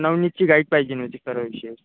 नवनीतची guide पाहिजेन होती सर्व विषयाची